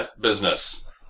business